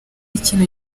ikintu